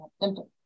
symptoms